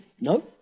No